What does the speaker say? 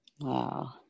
Wow